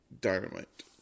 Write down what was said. Dynamite